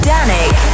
Danik